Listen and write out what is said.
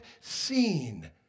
seen